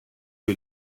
que